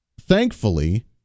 thankfully